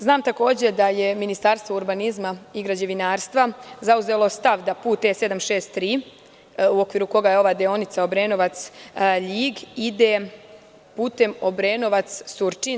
Znam takođe da je Ministarstvo urbanizma i građevinarstva zauzelo stav da put E763 u okviru koga je ova deonica Obrenovac-Ljig ide putem Obrenovac-Surčin.